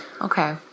Okay